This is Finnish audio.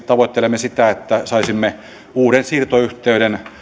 tavoittelemaan sitä että saisimme uuden siirtoyhteyden